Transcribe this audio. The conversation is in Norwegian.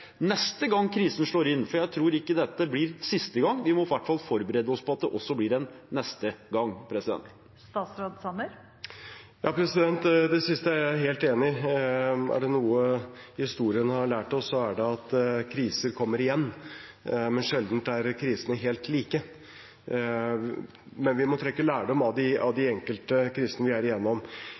neste gang krisen slår til. Jeg tror ikke dette blir siste gang. Vi må i hvert fall forberede oss på at det også blir en neste gang. Det siste er jeg helt enig i. Er det noe historien har lært oss, er det at kriser kommer igjen, men krisene er sjelden helt like. Men vi må trekke lærdom av de enkelte krisene vi er igjennom.